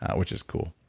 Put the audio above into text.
which is cool.